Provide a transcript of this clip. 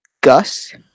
Gus